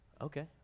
okay